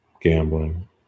gambling